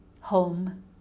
Home